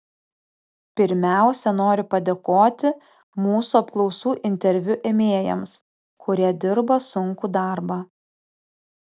pirmiausia noriu padėkoti mūsų apklausų interviu ėmėjams kurie dirba sunkų darbą